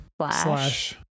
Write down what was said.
slash